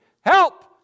help